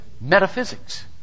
metaphysics